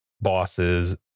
bosses